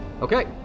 Okay